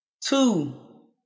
Two